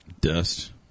Dust